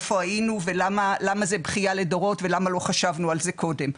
איפה היינו' ולמה זה בכייה לדורות ולמה לא חשבנו על זה קודם.